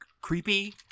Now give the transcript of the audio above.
creepy